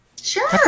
Sure